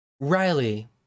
Riley